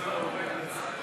לסעיף